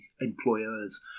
employers